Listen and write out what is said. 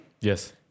Yes